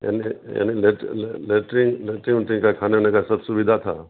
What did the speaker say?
یعنی یعنی لیٹرین اوٹرین کا کھانے وانے کا سب سویدھا تھا